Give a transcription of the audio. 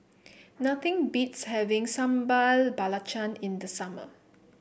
nothing beats having Sambal Belacan in the summer